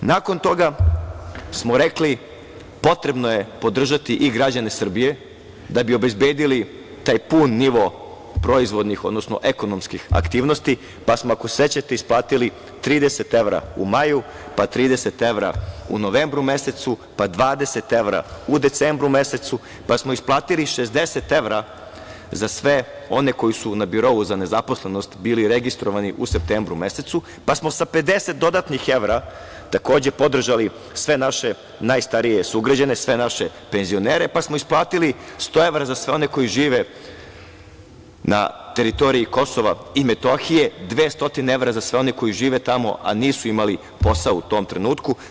Nakon toga smo rekli – potrebno je podržati i građane Srbije da bi obezbedili taj pun nivo proizvodnih, odnosno ekonomskih aktivnosti, pa smo, ako se sećate, isplatili 30 evra u maju, pa 30 evra u novembru mesecu, pa 20 evra u decembru mesecu, pa smo isplatili i 60 evra za sve one koji su na birou za nezaposlene bili registrovani u septembru mesecu, pa smo sa 50 dodatnih evra takođe podržali sve naše najstarije sugrađane, sve naše penzionere, pa smo isplatili 100 evra za sve one koji žive na teritoriji Kosova i Metohije, 200 evra za sve one koji žive tamo, a nisu imali posao u tom trenutku.